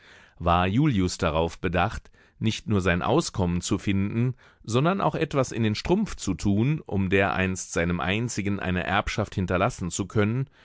war julius darauf bedacht nicht nur sein auskommen zu finden sondern auch etwas in den strumpf zu tun um dereinst seinem einzigen eine erbschaft hinterlassen zu können